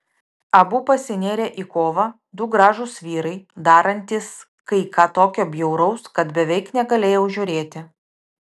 abu pasinėrė į kovą du gražūs vyrai darantys kai ką tokio bjauraus kad beveik negalėjau žiūrėti